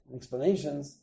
explanations